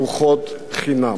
הממשלה, ארוחות חינם.